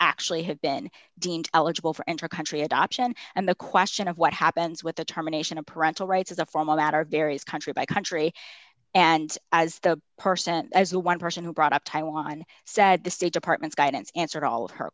actually have been deemed eligible for enter a country adoption and the question of what happens with the terminations of parental rights as a form of matter varies country by country and as the person as the one person who brought up taiwan said the state department's guidance answered all of her